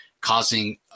causing